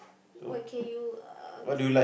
what can you uh